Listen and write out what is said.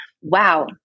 Wow